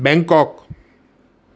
Bangkok